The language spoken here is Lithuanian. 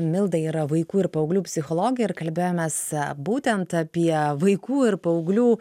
milda yra vaikų ir paauglių psichologė ir kalbėjomės būtent apie vaikų ir paauglių